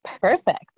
Perfect